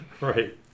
Right